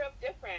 different